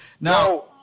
Now